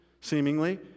seemingly